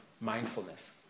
mindfulness